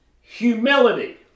humility